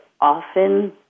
often